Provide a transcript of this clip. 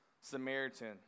Samaritan